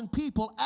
people